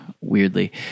weirdly